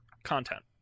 Content